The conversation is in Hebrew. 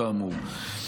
כאמור.